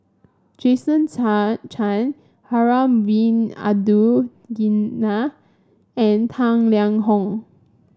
Jason Chan Harun Bin Abdul Ghani and Tang Liang Hong